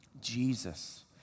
Jesus